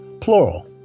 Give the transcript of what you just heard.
plural